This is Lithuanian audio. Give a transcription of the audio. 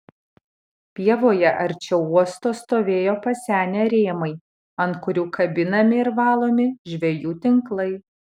pievoje arčiau uosto stovėjo pasenę rėmai ant kurių kabinami ir valomi žvejų tinklai